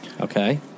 Okay